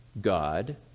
God